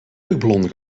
luchtballon